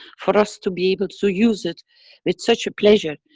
for us to be able to use it with such pleasure.